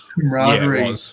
camaraderie